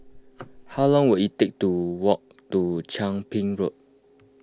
how long will it take to walk to Chia Ping Road